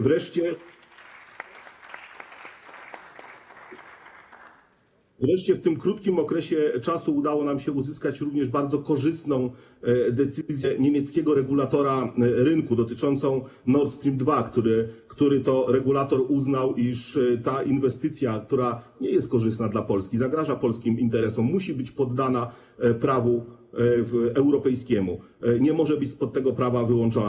Wreszcie w tym krótkim okresie udało nam się uzyskać również bardzo korzystną decyzję niemieckiego regulatora rynku dotyczącą Nord Stream 2, który to regulator uznał, iż ta inwestycja, która nie jest korzystna dla Polski, zagraża polskim interesom, musi być poddana prawu europejskiemu, nie może być spod tego prawa wyłączona.